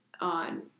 on